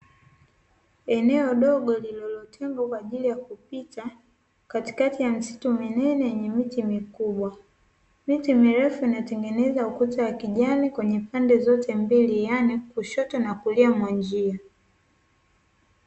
Eneo dogo lililotengwa kwa ajili kupita katikati ya misitu minene yenye miti mikubwa, miti mirefu inatengeneza ukuta wa kijani kwenye pande zote mbili yaani kushoto na kulia mwa njia.